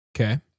Okay